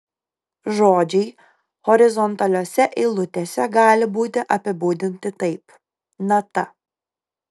žodžiai horizontaliose eilutėse gali būti apibūdinti taip nata